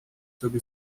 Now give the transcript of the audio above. sobre